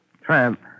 Tramp